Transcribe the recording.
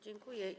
Dziękuję.